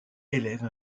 élève